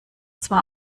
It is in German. zwar